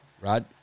Rod